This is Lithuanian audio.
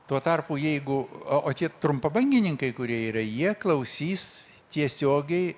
tuo tarpu jeigu o tie trumpabangininkai kurie yra jie klausys tiesiogiai